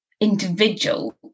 individual